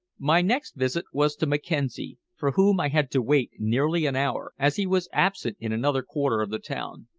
my next visit was to mackenzie, for whom i had to wait nearly an hour, as he was absent in another quarter of the town.